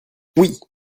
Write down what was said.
oui